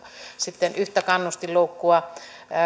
sitten yhtä kannustinloukkua